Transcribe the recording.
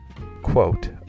quote